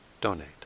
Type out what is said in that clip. donate